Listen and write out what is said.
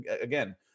again